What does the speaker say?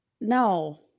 No